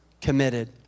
committed